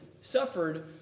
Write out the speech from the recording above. suffered